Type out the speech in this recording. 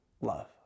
love